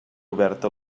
oberta